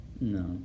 No